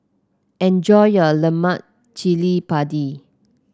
enjoy your Lemak Cili Padi